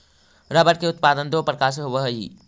rubber के उत्पादन दो प्रकार से होवऽ हई